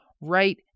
right